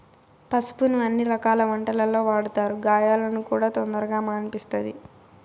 పసుపును అన్ని రకాల వంటలల్లో వాడతారు, గాయాలను కూడా తొందరగా మాన్పిస్తది